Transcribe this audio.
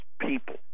people